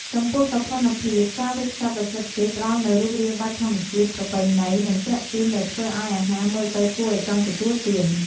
ចំពោះសោភ័ណភាព ការវេចខ្ចប់ដោយស្លឹកចេកផ្តល់នូវរូបរាងបែបធម្មជាតិ ប្រពៃណី និងទាក់ទាញ ដែលធ្វើឱ្យអាហារមើលទៅគួរឱ្យចង់ទទួលទាន។